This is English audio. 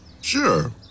Sure